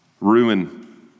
ruin